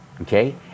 okay